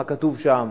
מה כתוב שם,